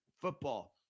football